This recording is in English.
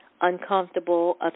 uncomfortable